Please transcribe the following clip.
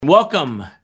Welcome